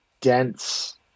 dense